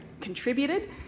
contributed